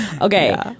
Okay